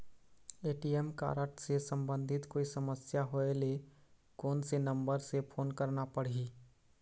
ATM card से संबंधित कोई समस्या होय ले, कोन से नंबर से फोन करना पढ़ही?